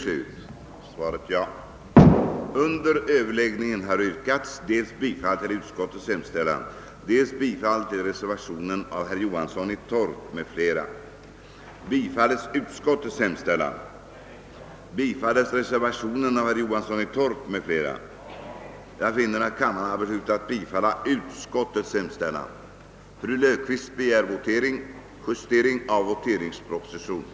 slogs i motionerna att riksdagen skulle hemställa att regeringen skulle uppta kontakt med »De Portugisiska Koloniernas Nationella Organisationers Sammanslutning» för att via denna organisation stödja befrielserörelsen i de portugisiska kolonierna.